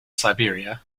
siberia